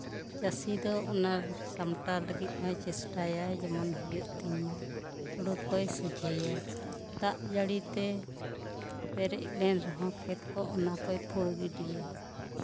ᱪᱟᱹᱥᱤ ᱫᱚ ᱚᱱᱟ ᱥᱟᱢᱴᱟᱣ ᱞᱟᱹᱜᱤᱫ ᱦᱚᱭ ᱪᱮᱥᱴᱟᱭᱟᱭ ᱦᱩᱭᱩᱜ ᱛᱤᱧ ᱢᱟ ᱦᱳᱲᱳ ᱠᱚᱭ ᱥᱚᱡᱷᱮᱭᱟ ᱫᱟᱜ ᱡᱟᱹᱲᱤᱛᱮ ᱯᱮᱨᱮᱡ ᱞᱮᱱ ᱨᱮᱦᱚᱸ ᱠᱷᱮᱛ ᱠᱚ ᱚᱱᱟ ᱠᱚᱭ ᱯᱷᱩᱲ ᱜᱤᱰᱤᱭᱟ